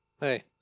Hey